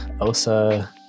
Osa